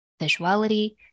visuality